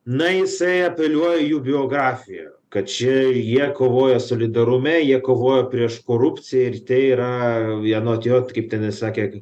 na jisai apeliuoja į jų biografiją kad čia jie kovoja solidarume jie kovojo prieš korupciją ir tai yra vienot jot kaip ten jis sakė